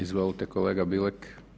Izvolite kolega Bilek.